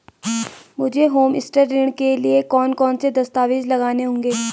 मुझे होमस्टे ऋण के लिए कौन कौनसे दस्तावेज़ लगाने होंगे?